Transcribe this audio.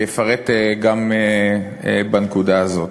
יפרט גם בנקודה הזאת.